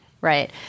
right